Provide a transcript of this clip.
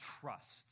trust